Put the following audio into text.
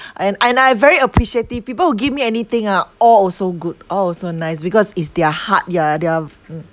and and I very appreciative people who give me anything ah all also good all also nice because it's their heart yeah their